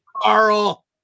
Carl